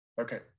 okay